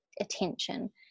attention